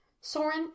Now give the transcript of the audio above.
Soren